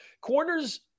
corners